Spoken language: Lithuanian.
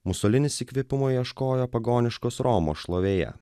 musolinis įkvėpimo ieškojo pagoniškos romos šlovėje